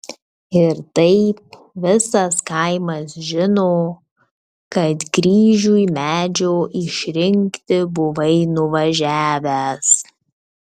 ir taip visas kaimas žino kad kryžiui medžio išrinkti buvai nuvažiavęs